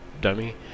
dummy